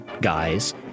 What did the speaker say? guys